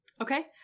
Okay